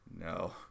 No